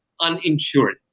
uninsured